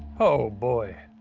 oh boy.